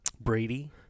Brady